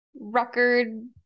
record